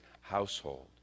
household